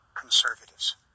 conservatives